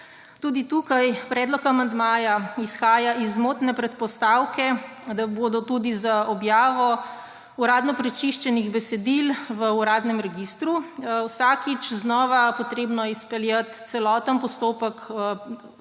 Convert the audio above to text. Tudi tukaj predlog amandmaja izhaja iz zmotne predpostavke, da bo tudi za objavo uradno prečiščenih besedil v uradnem registru vsakič znova potrebno izpeljati celoten postopek,